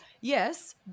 yes